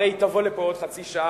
הרי היא תבוא לפה בעוד חצי שעה,